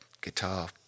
guitar